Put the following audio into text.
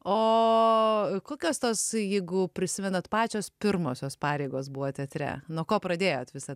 o kokios tos jeigu prisimenat pačios pirmosios pareigos buvo teatre nuo ko pradėjot visą